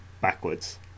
backwards